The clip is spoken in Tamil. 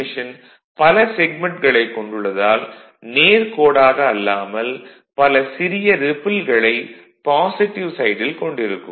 மெஷின் பல செக்மென்ட்களைக் கொண்டுள்ளதால் நேர் கோடாக அல்லாமல் பல சிறிய ரிப்பில்களை பாசிட்டிவ் சைடில் கொண்டிருக்கும்